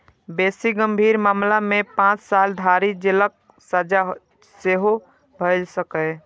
बेसी गंभीर मामला मे पांच साल धरि जेलक सजा सेहो भए सकैए